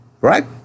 right